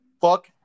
fuck